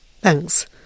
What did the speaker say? Thanks